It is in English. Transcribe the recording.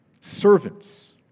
Servants